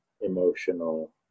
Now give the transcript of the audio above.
emotional